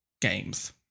games